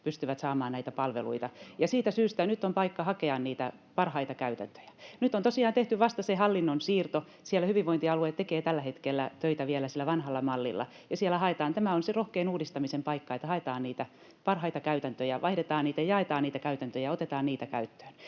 pystyvät saamaan näitä palveluita. Siitä syystä nyt on paikka hakea niitä parhaita käytäntöjä. Nyt on tosiaan tehty vasta se hallinnon siirto. Hyvinvointialueet tekevät tällä hetkellä töitä vielä sillä vanhalla mallilla, ja siellä haetaan — tämä on se rohkein uudistamisen paikka — niitä parhaita käytäntöjä, jaetaan niitä käytäntöjä ja otetaan niitä käyttöön.